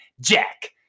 Jack